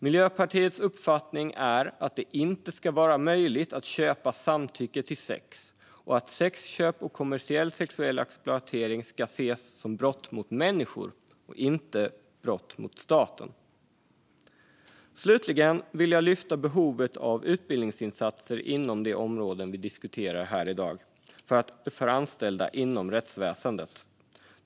Miljöpartiets uppfattning är att det inte ska vara möjligt att köpa samtycke till sex och att sexköp och kommersiell sexuell exploatering ska ses som brott mot människor och inte mot staten. Slutligen vill jag lyfta behovet av utbildningsinsatser inom de områden vi diskuterar i dag för anställda inom rättsväsendet.